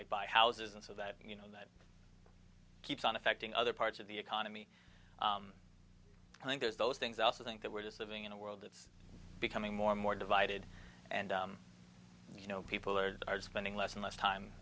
like buy houses and so that you know that keeps on affecting other parts of the economy i think there's those things i also think that we're just living in a world that's becoming more and more divided and you know people are spending less and less time